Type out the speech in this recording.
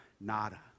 nada